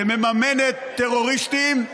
שמממנת טרוריסטים.